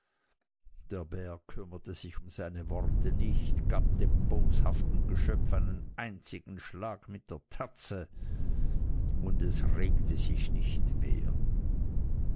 der bär kümmerte sich um seine worte nicht gab dem boshaften geschöpf einen einzigen schlag mit der tatze und es regte sich nicht mehr